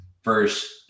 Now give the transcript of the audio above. first